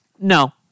No